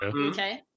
Okay